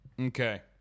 Okay